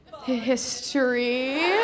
history